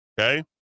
okay